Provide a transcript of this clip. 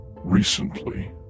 recently